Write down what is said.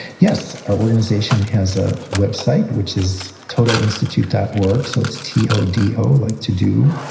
yes. our organization has a website, which is todoinstitute dot org. so, it's t o d o, like to do,